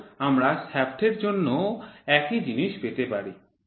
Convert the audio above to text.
তো আমরা শ্যাফ্টের জন্যও একই জিনিস পেতে পারি